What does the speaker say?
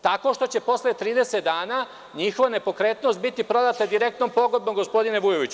Tako što će posle 30 dana njihova nepokretnost biti prodata direktnom pogodbom, gospodine Vujoviću.